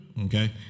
Okay